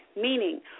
meaning